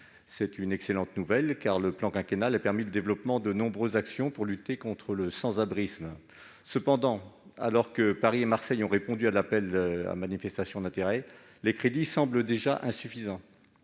C'est une excellente nouvelle, car le plan quinquennal a permis le développement de nombreuses actions pour lutter contre le sans-abrisme. Cependant, alors que Paris et Marseille ont répondu à cet appel, les crédits semblent déjà insuffisants.